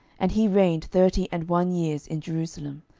and he reigned thirty and one years in jerusalem.